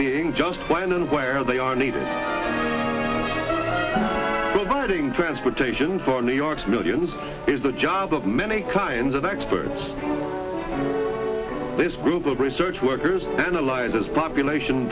being just when and where they are needed providing transportation for new york's millions is the job of many kinds of experts this group of research workers penalizes population